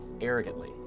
arrogantly